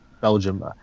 Belgium